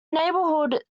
neighbourhood